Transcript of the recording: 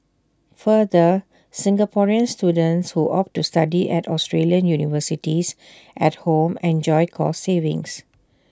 further Singaporean students who opt to study at Australian universities at home enjoy cost savings